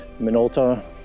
Minolta